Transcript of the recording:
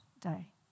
day